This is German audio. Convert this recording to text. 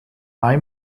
may